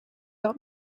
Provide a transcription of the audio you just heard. out